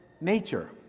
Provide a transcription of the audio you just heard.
nature